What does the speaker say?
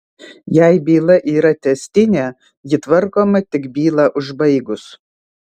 jei byla yra tęstinė ji tvarkoma tik bylą užbaigus